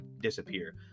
disappear